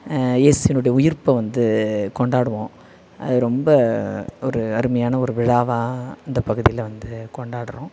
இயேசுனுடைய உயிர்ப்பை வந்து கொண்டாடுவோம் அது ரொம்ப ஒரு அருமையான ஒரு விழாவாக இந்த பகுதியில் வந்து கொண்டாடுறோம்